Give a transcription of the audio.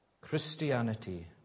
Christianity